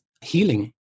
healing